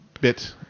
bit